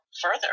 further